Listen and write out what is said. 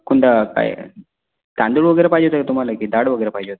कुंदा ताई कांदे वगैरे पाहिजे होते तुम्हाला की डाळ वगैरे पाहिजे होतं